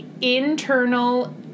internal